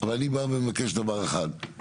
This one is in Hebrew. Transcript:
אני בא ומבקש דבר אחד.